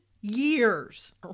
years